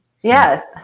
Yes